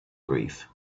grief